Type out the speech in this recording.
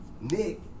nick